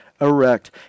erect